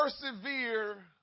Persevere